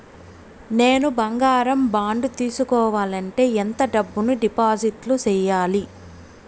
నేను బంగారం బాండు తీసుకోవాలంటే ఎంత డబ్బును డిపాజిట్లు సేయాలి?